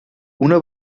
una